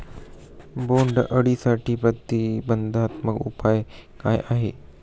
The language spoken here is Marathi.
बोंडअळीसाठी प्रतिबंधात्मक उपाय काय आहेत?